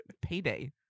Payday